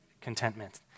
contentment